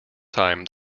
time